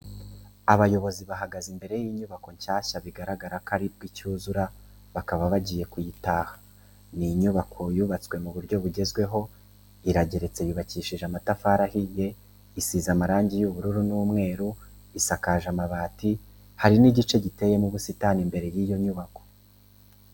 Abayobozi bahagaze imbere y'inyubako nshyashya bigaragara ko aribwo icyuzura bakaba bagiye kuyitaha. Ni inyubako yubatswe mu buryo bugezweho, irageretse yubakishije amatafari ahiye isize amarangi y'ubururu n'umweru isakaje amabati, hari n'igice giteyemo ubusitani imbere y'iyo nyubako.